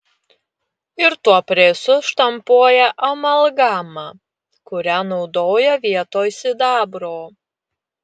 ir tuo presu štampuoja amalgamą kurią naudoja vietoj sidabro